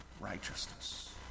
righteousness